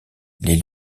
les